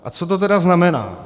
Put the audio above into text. A co to tedy znamená?